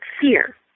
fear